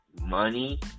money